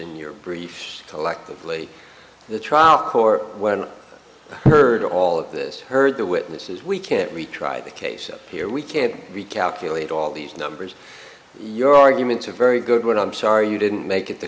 in your briefs collectively the trial court when i heard all of this heard the witnesses we can't retry the case here we can't recalculate all these numbers your arguments are very good i'm sorry you didn't make it the